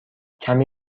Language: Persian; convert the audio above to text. کمی